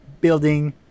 building